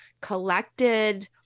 collected